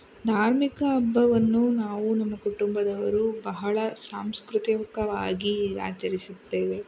ಧಾರ್ಮಿಕ ಹಬ್ಬವನ್ನು ನಾವು ನಮ್ಮ ಕುಟುಂಬದವರು ಬಹಳ ಸಾಂಸ್ಕೃತಿಕವಾಗಿ ಆಚರಿಸುತ್ತೇವೆ